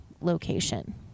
location